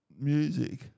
music